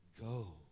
go